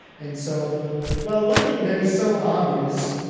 and so well, one thing that is so obvious,